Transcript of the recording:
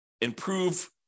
improve